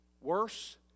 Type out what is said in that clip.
worse